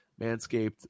Manscaped